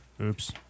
Oops